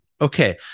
Okay